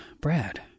Brad